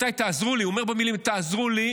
אומר: רבותיי, תעזרו לי.